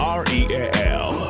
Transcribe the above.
real